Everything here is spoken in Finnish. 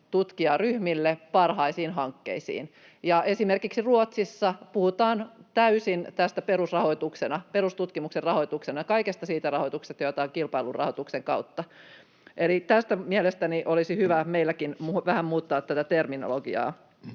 tutkijaryhmille, parhaisiin hankkeisiin. Esimerkiksi Ruotsissa tästä puhutaan täysin perustutkimuksen rahoituksena, kaikesta siitä rahoituksesta, jota on kilpailurahoituksen kautta. Eli mielestäni olisi hyvä meilläkin vähän muuttaa tätä terminologiaa.